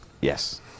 Yes